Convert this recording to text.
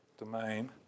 domain